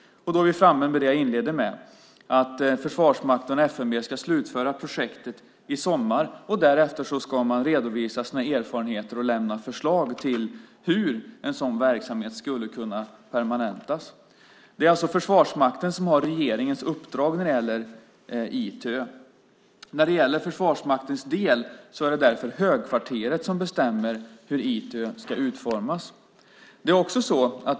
Då är vi framme vid det jag inledde med, att Försvarsmakten och FMV ska slutföra projektet i sommar, och därefter ska man redovisa sina erfarenheter och lämna förslag på hur en sådan verksamhet skulle kunna permanentas. Det är alltså Försvarsmakten som har regeringens uppdrag i fråga om ITÖ. När det gäller Försvarsmaktens del är det Högkvarteret som bestämmer hur ITÖ ska utformas.